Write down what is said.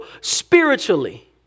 spiritually